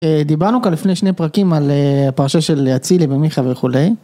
דיברנו כאן לפני שני פרקים על הפרשה של אצילי ומיכה וכולי.